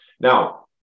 Now